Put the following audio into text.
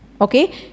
Okay